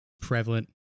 prevalent